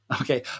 Okay